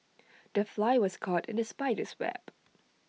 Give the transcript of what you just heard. the fly was caught in the spider's web